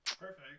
Perfect